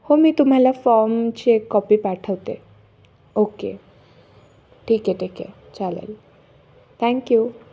हो मी तुम्हाला फॉर्मची एक कॉपी पाठवते ओके ठीक आहे ठीक आहे चालेल थँक्यू